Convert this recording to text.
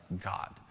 God